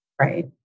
Right